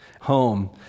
home